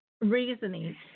Reasoning